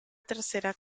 tercera